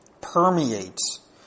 permeates